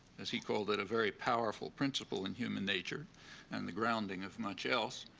as he called it, a very powerful principle in human nature and the grounding of much else.